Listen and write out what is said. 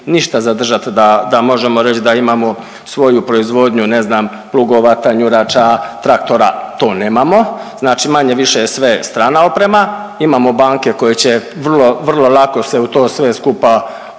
ništa zadržat da možemo reć da imamo svoju proizvodnju, ne znam plugova, tanjurača, traktora to nemamo, znači manje-više je sve strana opreme, imamo banke koje će vrlo lako se u to sve skupa uklopiti